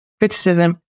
criticism